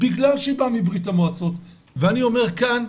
בגלל שהיא באה מבריה"מ ואני אומר כאן,